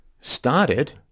started